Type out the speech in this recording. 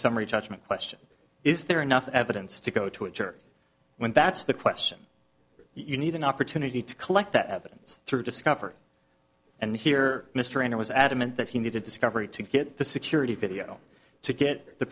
summary judgment question is there enough evidence to go to a jury when that's the question you need an opportunity to collect that evidence through discovery and here mr annan was adamant that he needed discovery to get the security video to get the